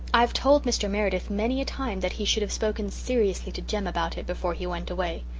i've told mr. meredith many a time that he should have spoken seriously to jem about it before he went away.